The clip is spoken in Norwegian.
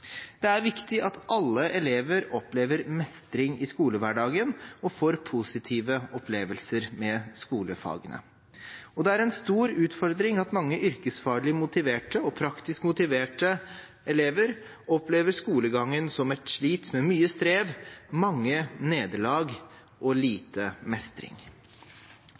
Det er viktig at alle elever opplever mestring i skolehverdagen og får positive opplevelser med skolefagene. Det er en stor utfordring at mange yrkesfaglig motiverte og praktisk motiverte elever opplever skolegangen som et slit, med mye strev, mange nederlag og lite mestring.